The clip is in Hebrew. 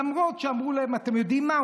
למרות שאמרו להם: אתם יודעים מה?